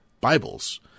Bibles